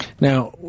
Now